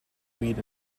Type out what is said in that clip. weed